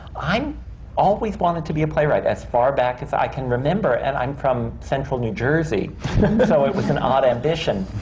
always wanted to be a playwright, as far back as i can remember. and i'm from central new jersey. so it was an odd ambition.